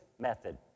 method